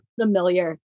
familiar